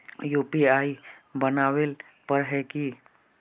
UPI बनावेल पर है की?